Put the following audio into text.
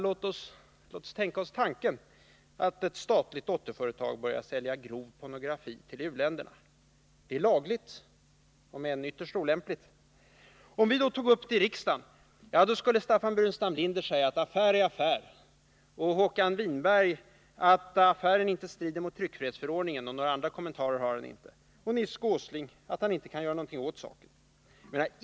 Låt oss tänka oss tanken att ett statligt dotterföretag börjar sälja grov pornografi till u-länderna. Det är lagligt om än ytterst olämpligt. Om vi tog upp detta i riksdagen skulle Staffan Burenstam Linder säga: Affär är affär. Håkan Winberg skulle säga att affären inte strider mot tryckfrihetsförordningen och att han inte har några andra kommentarer. Och Nils Åsling skulle säga att haniinte kan göra någonting åt saken.